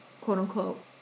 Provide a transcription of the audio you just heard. quote-unquote